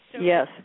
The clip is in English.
Yes